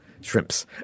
Shrimps